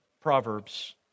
Proverbs